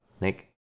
Nick